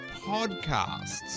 podcasts